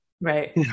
Right